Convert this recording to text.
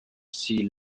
sea